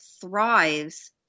thrives